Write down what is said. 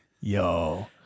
Yo